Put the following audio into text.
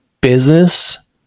business